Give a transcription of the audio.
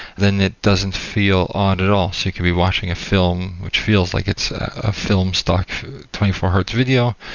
then it doesn't feel odd at all. so you can be watching a film, which feels like it's a film stock twenty four hertz video,